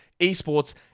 esports